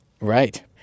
Right